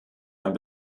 ein